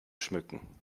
schmücken